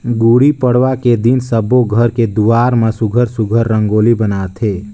गुड़ी पड़वा के दिन सब्बो घर के दुवार म सुग्घर सुघ्घर रंगोली बनाथे